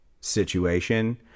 situation